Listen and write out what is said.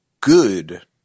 good